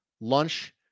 lunch